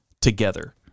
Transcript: together